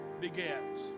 begins